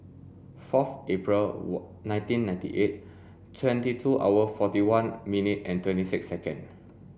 forth April nineteen ninety eight twenty two hour forty one minute and twenty six seconds